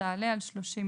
עד לכאן יש הערות?